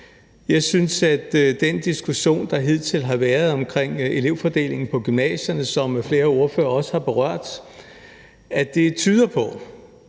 Jeg synes, at den diskussion, der hidtil har været omkring elevfordelingen på gymnasierne, som flere ordførere også har berørt, tyder på